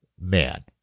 man